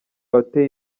watewe